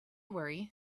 worry